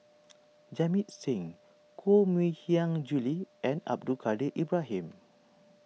Jamit Singh Koh Mui Hiang Julie and Abdul Kadir Ibrahim